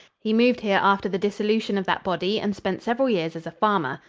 he moved here after the dissolution of that body and spent several years as a farmer.